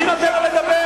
אני נותן לה לדבר?